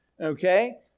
Okay